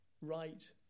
right